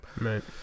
right